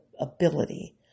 ability